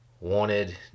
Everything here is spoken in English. wanted